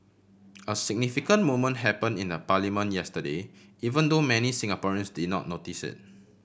a significant moment happen in the parliament yesterday even though many Singaporeans did not notice it